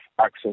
access